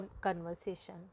conversation